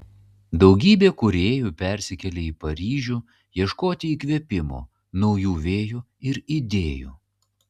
daugybė kūrėjų persikėlė į paryžių ieškoti įkvėpimo naujų vėjų ir idėjų